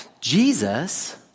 Jesus